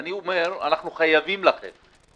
אני אומר: אנחנו חייבים לכם.